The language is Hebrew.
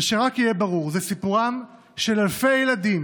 ושרק יהיה ברור: זה סיפורם של אלפי ילדים